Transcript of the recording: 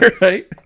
right